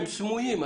הם סמויים.